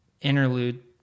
interlude